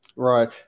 Right